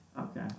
Okay